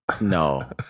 No